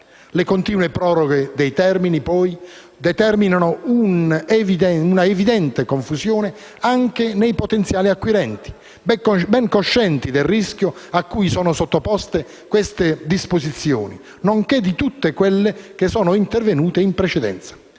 Le continue proroghe dei termini, poi, determinano un'evidente confusione anche nei potenziali acquirenti, ben coscienti del rischio cui sono sottoposte queste disposizioni, nonché tutte quelle intervenute in precedenza.